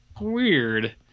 Weird